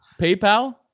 PayPal